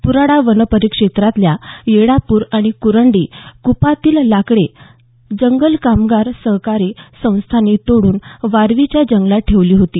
पुराडा वन परिक्षेत्रातल्या येडापूर आणि कुरंडी कुपातील लाकडे जंगल कामगार सहकारी संस्थांनी तोडून वारवीच्या जंगलात ठेवली होती